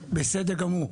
גמור.